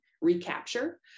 Recapture